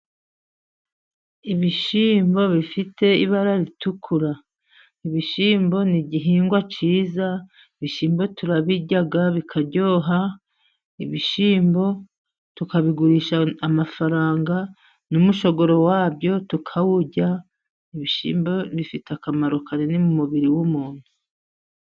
Ibishyimbo bifite ibara ritukura . Ibishyimbo ni igihingwa cyiza. Ibishyimbo turabirya, bikaryoha, Ibishyimbo tukabigurisha amafaranga ,n'umushogoro wabyo tukawurya. Ibishyimbo bifite akamaro kanini mu mubiri w'umuntu.